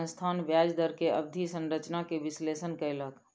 संस्थान ब्याज दर के अवधि संरचना के विश्लेषण कयलक